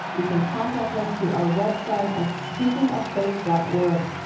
you can contact us through our website at speakingoffaith dot org.